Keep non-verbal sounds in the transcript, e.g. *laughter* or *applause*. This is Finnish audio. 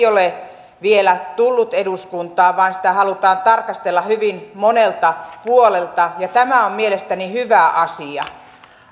*unintelligible* ole vielä tullut eduskuntaan vaan sitä halutaan tarkastella hyvin monelta puolelta ja tämä on mielestäni hyvä asia